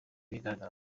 bigaragara